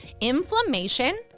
Inflammation